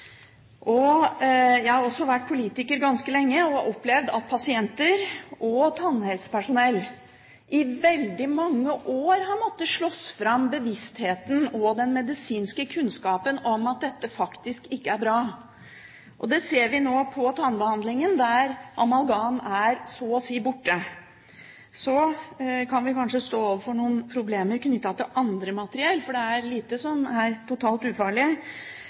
langt. Jeg har også vært politiker ganske lenge og har opplevd at pasienter og tannhelsepersonell i veldig mange år har måttet slåss fram bevisstheten og den medisinske kunnskapen om at dette faktisk ikke er bra. Det ser vi nå på tannbehandlingen, der amalgam så å si er borte. Så kan vi kanskje stå overfor noen problemer knyttet til andre materialer, for det er lite som er totalt ufarlig.